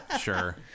Sure